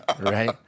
right